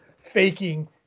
faking